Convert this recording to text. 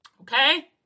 okay